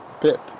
Pip